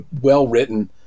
well-written